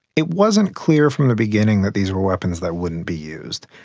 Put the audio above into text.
it wasn't clear from the beginning that these were weapons that wouldn't be used.